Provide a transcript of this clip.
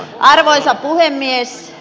arvoisa puhemies